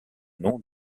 nom